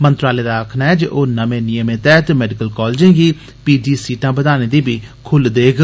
मंत्रालय दा आक्खना ऐ जे ओह् नमें नियमें तैह्त मेडिकल कालजें गी पी जी सीटां बघाने दी बी खुल्ल देग